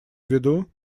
виду